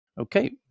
Okay